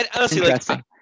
Interesting